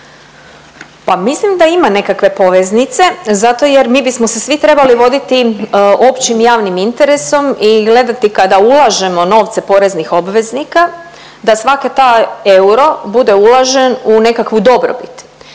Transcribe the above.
Pa mislim da ima nekakve poveznice zato jer mi bismo se svi trebali voditi općim javnim interesom i gledati kada ulažemo novce poreznih obveznika da svaka taj euro bude uložen u nekakvu dobrobit.